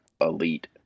Elite